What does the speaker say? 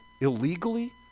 illegally